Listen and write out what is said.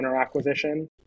acquisition